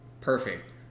perfect